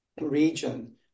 Region